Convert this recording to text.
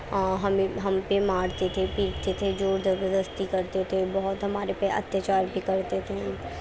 ہمیں ہم پہ مارتے تھے پیٹتے تھے زور زبردستی کرتے تھے بہت ہمارے پہ اتیاچار بھی کرتے تھے